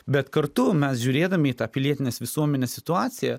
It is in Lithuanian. bet kartu mes žiūrėdami į tą pilietinės visuomenės situaciją